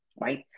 right